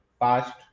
past